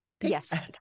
Yes